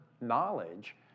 knowledge